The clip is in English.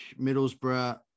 Middlesbrough